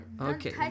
okay